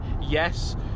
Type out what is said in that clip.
yes